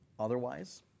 Otherwise